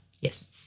Yes